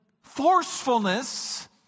forcefulness